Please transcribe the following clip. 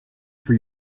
for